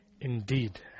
indeed